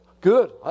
Good